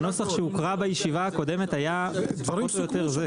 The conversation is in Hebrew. הנוסח שהוקרא בישיבה הקודמת היה פחות או יותר זה.